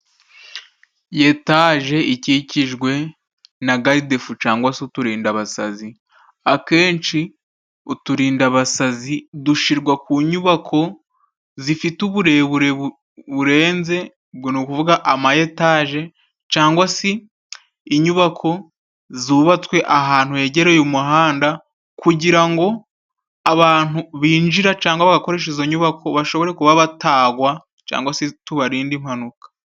Etaje ikikijwe na garidefu cangwa se uturinda abasazi. Akenshi uturindabasazi dushyirwa ku nyubako zifite uburebure burenze, ubwo ni ukuvuga amayetaje, cangwa si inyubako zubatswe ahantu hegereye umuhanda, kugira ngo abantu binjira cyangwa bagakoresha izo nyubako bashobore kuba batagwa, cangwa si tubarinde impanuka.